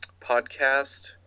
podcast